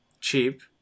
cheap